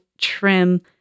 trim